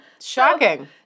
Shocking